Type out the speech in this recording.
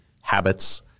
habits